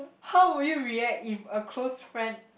how would you react if a close friend